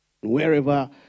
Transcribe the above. Wherever